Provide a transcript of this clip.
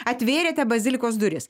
atvėrėte bazilikos duris